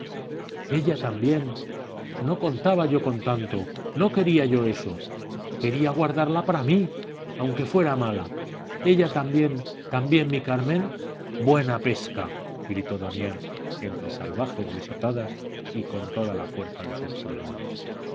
ella también no contaba yo con tanto no quería yo eso quería guardarla para mí aunque fuera mala ella también también mi carmen buena pesca gritó damián entre salvajes risotadas y con toda la fuerza de sus pulmones